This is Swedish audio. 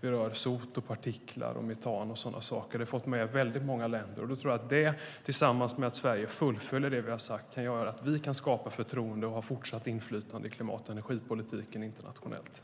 det gäller sot, partiklar, metan och så vidare, och vi har fått med väldigt många länder. Det tror jag, tillsammans med att vi i Sverige fullföljer det vi har sagt vi kan göra, gör att vi kan skapa förtroende och ha fortsatt inflytande i klimat och energipolitiken internationellt.